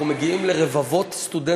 תספר לכולם, יש פה גילוי.